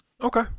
Okay